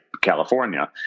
California